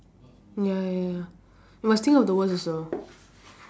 ya ya ya you must think of the worst also